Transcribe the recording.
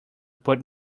put